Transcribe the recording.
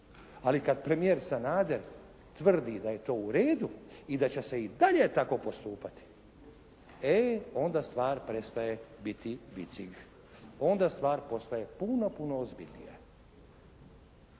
Ali kad premijer Sanader tvrdi da je to u redu i da će se i dalje tako postupati, e onda stvar prestaje biti … /Govornik se ne razumije./ …, onda stvar postaje puno, puno ozbiljnija.